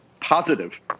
positive